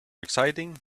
exciting